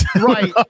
Right